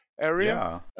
area